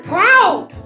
Proud